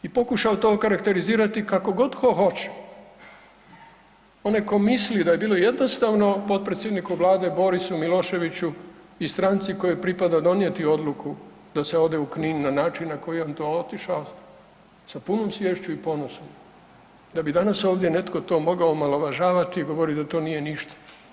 I pokušao to okarakterizirati kako god tko hoće, onaj tko misli da je bilo jednostavno potpredsjedniku Vlade Borisu Miloševiću i stranci kojoj pripada donijeti odluku da se ode u Knin na način na koji je on to otišao sa punom sviješću i ponosom, da bi danas ovdje netko to mogao omalovažavati i govoriti da to nije ništa.